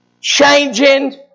Changing